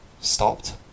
stopped